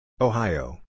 Ohio